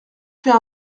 fait